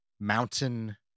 mountain